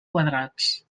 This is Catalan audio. quadrats